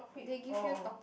they give you topic